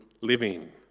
living